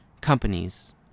companies